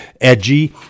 edgy